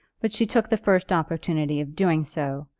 but she took the first opportunity of doing so,